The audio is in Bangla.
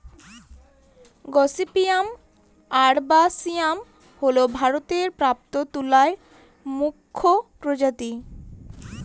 গসিপিয়াম আরবাসিয়াম হল ভারতে প্রাপ্ত তুলার মুখ্য প্রজাতি